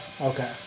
Okay